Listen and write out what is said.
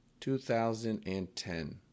2010